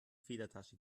federtasche